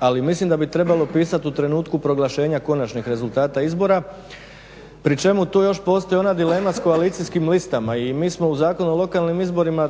ali mislim da bi trebalo pisati u trenutku proglašenja Konačnih rezultata izbora pri čemu to još postoji onda dilema s koalicijskim listama i mi smo u Zakonu o lokalnim izborima